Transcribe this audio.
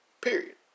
period